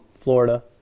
Florida